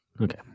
Okay